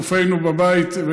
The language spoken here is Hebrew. לצופינו בבית,